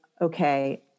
okay